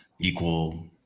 equal